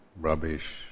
rubbish